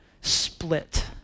split